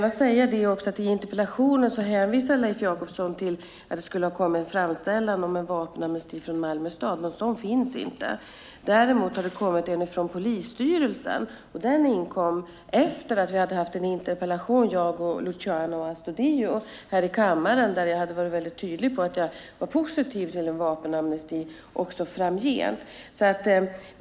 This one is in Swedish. Leif Jakobsson hänvisar i interpellationen till att det skulle ha kommit en framställan om vapenamnesti från Malmö stad, men någon sådan finns inte. Däremot har det kommit en från polisstyrelsen, och den inkom efter att jag och Luciano Astudillo hade haft en interpellationsdebatt här kammaren där jag var väldigt tydlig med att jag var positiv till en vapenamnesti också framgent.